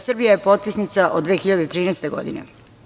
Srbija je potpisnica od 2013. godine.